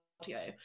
audio